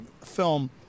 film